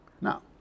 Now